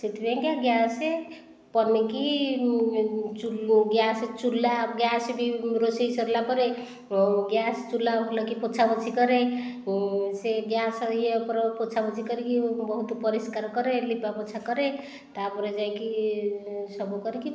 ସେଥିପାଇଁକା ଗ୍ୟାସ୍ ପନିକି ଗ୍ୟାସ୍ ଚୁଲା ଗ୍ୟାସ୍ ବି ରୋଷେଇ ସରିଲା ପରେ ଗ୍ୟାସ୍ ଚୁଲା ଭଲକି ପୋଛାପୋଛି କରେ ସେ ଗ୍ୟାସ୍ ଇଏ ଉପର ପୋଛାପୋଛି କରିକି ବହୁତ ପରିଷ୍କାର କରେ ଲିପା ପୋଛା କରେ ତା'ପରେ ଯାଇକି ସବୁ କରିକି